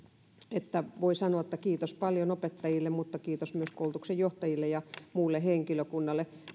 että voi sanoa kiitos paljon opettajille mutta kiitos myös koulutuksen johtajille ja muulle henkilökunnalle